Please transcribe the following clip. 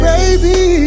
Baby